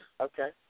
Okay